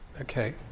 Okay